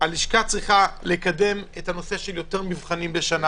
הלשכה צריכה לקדם את הנושא של יותר מבחנים בשנה.